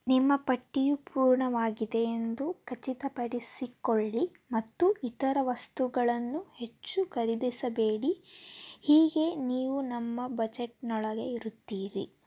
ನಿಮ್ಮ ಪಟ್ಟಿಯು ಪೂರ್ಣವಾಗಿದೆ ಎಂದು ಖಚಿತ ಪಡಿಸಿಕೊಳ್ಳಿ ಮತ್ತು ಇತರ ವಸ್ತುಗಳನ್ನು ಹೆಚ್ಚು ಖರೀದಿಸಬೇಡಿ ಹೀಗೆ ನೀವು ನಮ್ಮ ಬಜೆಟ್ನೊಳಗೆ ಇರುತ್ತೀರಿ